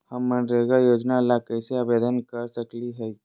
हम मनरेगा योजना ला कैसे आवेदन कर सकली हई?